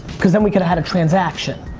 cause then we coulda had a transaction.